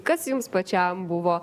kas jums pačiam buvo